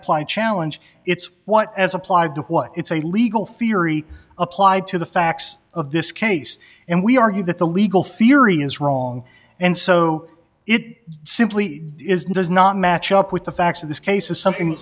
apply challenge it's what as applied to what it's a legal theory applied to the facts of this case and we argue that the legal theory is wrong and so it simply is not match up with the facts in this case is something